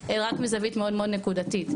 אלא רק מזווית מאוד מאוד נקודתית.